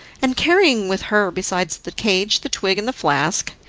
and, carrying with her besides the cage the twig and the flask,